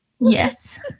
Yes